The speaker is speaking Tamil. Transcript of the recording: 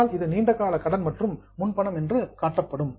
ஆகையால் இது நீண்ட கால கடன் மற்றும் முன்பணம் என்று காட்டப்படும்